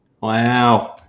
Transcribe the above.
Wow